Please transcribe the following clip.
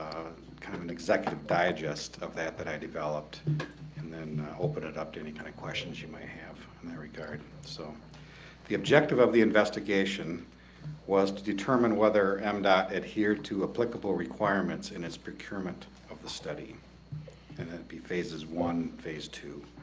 kind of an executive digest of that that i developed and then open it up to any kind of questions you might have from and their regard so the objective of the investigation was to determine whether mdot and adhere to applicable requirements in its procurement of the study and that be phases one phase to